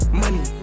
money